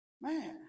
Man